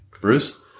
Bruce